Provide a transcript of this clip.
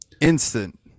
Instant